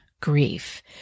grief